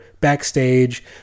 backstage